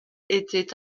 était